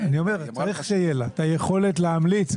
אני אומר צריך שתהיה לה יכולת להמליץ,